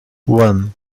one